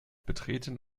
betreten